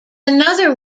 another